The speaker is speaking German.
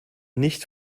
nicht